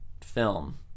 film